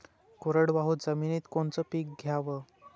कोरडवाहू जमिनीत कोनचं पीक घ्याव?